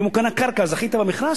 אם הוא קנה קרקע, זכית במכרז?